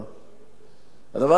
הדבר הזה לא יעלה על הדעת.